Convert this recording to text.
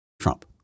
Trump